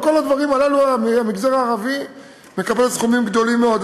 בכל הדברים הללו המגזר הערבי מקבל סכומים גדולים מאוד.